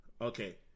Okay